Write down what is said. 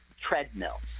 treadmill